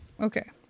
Okay